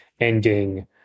ending